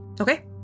Okay